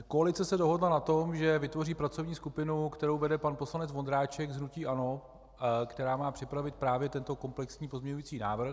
Koalice se dohodla na tom, že vytvoří pracovní skupinu, kterou vede pan poslanec Vondráček z hnutí ANO, která má připravit právě tento komplexní pozměňovací návrh.